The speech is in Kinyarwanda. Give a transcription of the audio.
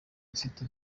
mfite